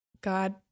God